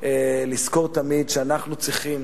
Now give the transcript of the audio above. לזכור תמיד שאנחנו צריכים